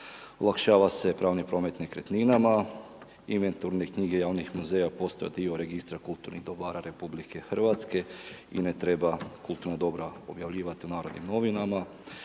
olakšava se pravni promet nekretninama, inventurne knjige javnih muzeja postaju dio Registra kulturnih dobara RH i ne treba kulturna dobra objavljivati u Narodnim Novinama.